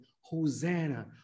Hosanna